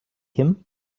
him